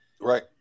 Right